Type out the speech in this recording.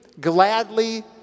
gladly